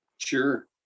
sure